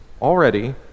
already